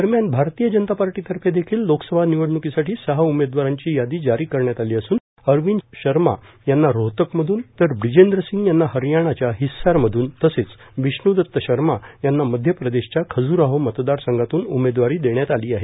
दरम्यान आरतीय जनता पार्टीतर्फे देखील लोकसभा निवडणुकीसाठी सहा उमेदवारांची यादी जारी करण्यात आली असून अरविंद शर्मा यांना रोहतक मधून तर ब्रिजेंद्र सिंग यांना हरयाणाच्या हिस्सारमधून तसच बिश्णूदत्त शर्मा यांना मध्यप्रदेशच्या खज्राहो मतदार संघातून उमेदवारी देण्यात आली आहे